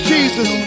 Jesus